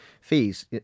fees